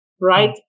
right